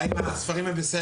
האם הספרים הם בסדר?